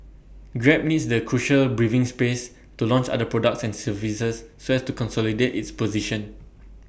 grab needs the crucial breathing space to launch other products and services so as to consolidate its position